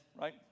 right